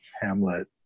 Hamlet